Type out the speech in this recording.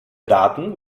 daten